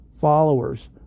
followers